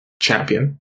champion